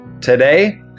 today